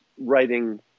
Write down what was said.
writing